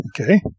Okay